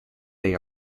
they